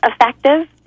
effective